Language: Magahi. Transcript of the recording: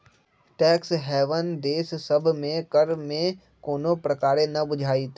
टैक्स हैवन देश सभ में कर में कोनो प्रकारे न बुझाइत